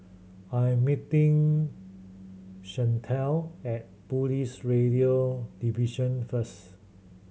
I'm meeting Shante at Police Radio Division first